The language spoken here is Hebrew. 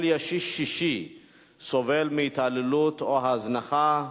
כל ישיש שישי סובל מהתעללות כלשהי או מהזנחה,